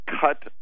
cut